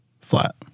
flat